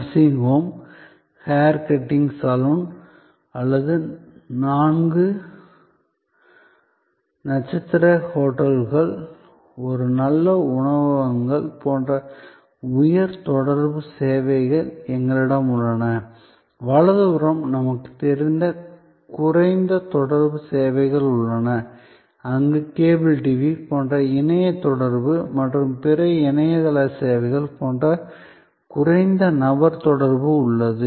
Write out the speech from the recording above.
nursing home hair cutting salon அல்லது நான்கு நட்சத்திர ஹோட்டல் ஒரு நல்ல உணவகங்கள் போன்ற உயர் தொடர்பு சேவைகள் எங்களிடம் உள்ளன வலது புறம் நமக்கு தெரிந்த குறைந்த தொடர்பு சேவைகள் உள்ளன அங்கு கேபிள் டிவி போன்ற இணைய தொடர்பு மற்றும் பிற இணையதள சேவைகள் போன்ற குறைந்த நபர் தொடர்பு உள்ளது